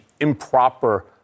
improper